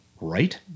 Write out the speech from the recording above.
Right